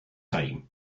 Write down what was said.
time